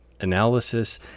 analysis